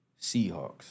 Seahawks